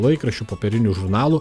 laikraščių popierinių žurnalų